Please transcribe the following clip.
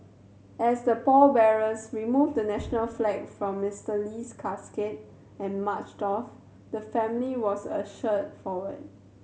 as the pallbearers removed the national flag from Mister Lee's casket and marched off the family was ushered forward